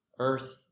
Earth